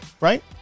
Right